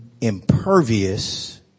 impervious